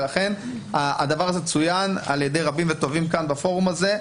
ולכן הדבר הזה צוין על ידי רבים וטובים כאן בפורום הזה.